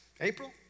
April